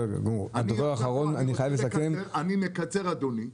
אני מקצר, אדוני,